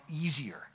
easier